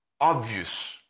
obvious